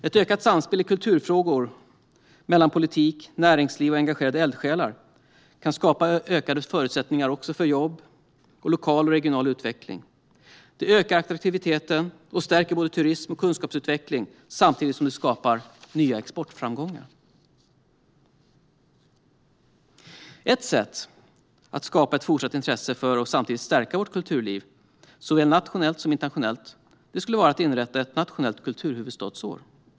Ett ökat samspel i kulturfrågor mellan politik, näringsliv och engagerade eldsjälar kan skapa ökade förutsättningar för jobb och lokal och regional utveckling. Det ökar attraktiviteten och stärker både turism och kunskapsutveckling, samtidigt som det skapar nya exportframgångar. Ett sätt att skapa ett fortsatt intresse för och samtidigt stärka vårt kulturliv, såväl nationellt som internationellt, skulle vara att inrätta ett nationellt kulturhuvudstadsår.